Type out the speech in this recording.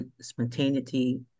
spontaneity